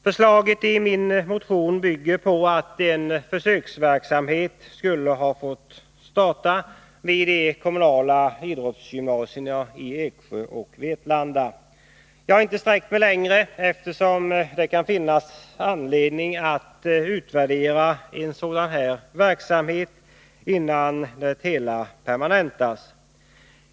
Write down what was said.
Förslaget i min motion bygger på att en försöksverksamhet skulle ha fått starta i de kommunala idrottsgymnasierna i Eksjö och Vetlanda. Jag har inte sträckt mig längre, eftersom det kan finnas anledning att utvärdera en sådan här verksamhet, innan den permanentas.